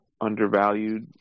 undervalued